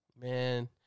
Man